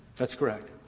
that's correct.